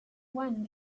one